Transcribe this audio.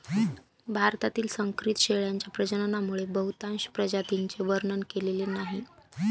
भारतातील संकरित शेळ्यांच्या प्रजननामुळे बहुतांश प्रजातींचे वर्णन केलेले नाही